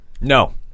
No